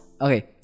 Okay